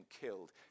killed